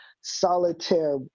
Solitaire